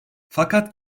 fakat